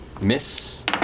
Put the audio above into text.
Miss